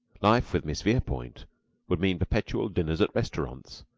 life with miss verepoint would mean perpetual dinners at restaurants,